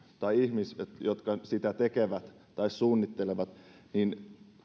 tai ihmiset jotka sitä tekevät tai suunnittelevat niin